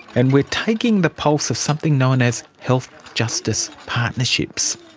and we're taking the pulse of something known as health justice partnerships.